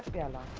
gael off